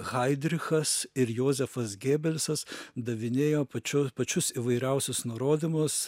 haidrichas ir jozefas gėbelsas davinėjo pačiu pačius įvairiausius nurodymus